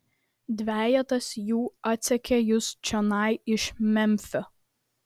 dvejetas jų atsekė jus čionai iš memfio